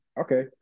Okay